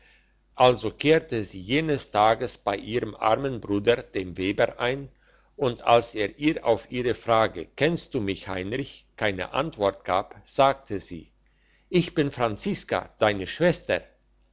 also kehrte sie jenes tages bei ihrem armen bruder dem weber ein und als er ihr auf ihre frage kennst du mich heinrich keine antwort gab sagte sie ich bin franziska deine schwester